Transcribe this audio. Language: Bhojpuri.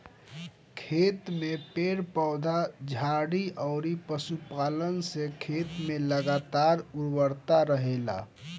खेत में पेड़ पौधा, झाड़ी अउरी पशुपालन से खेत में लगातार उर्वरता रहेला